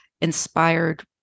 inspired